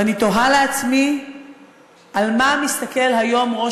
ואני תוהה לעצמי על מה מסתכל היום ראש